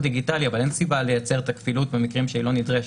דיגיטלי אבל אין סיבה לייצר את הכפילות במקרים שהיא לא נדרשת.